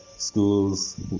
schools